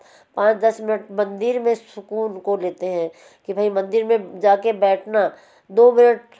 पाँच दस मिनट मंदिर में सुकून को लेते हैं कि भाई मंदिर में जा कर बैठना दो मिनट